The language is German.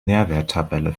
nährwerttabelle